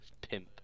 pimp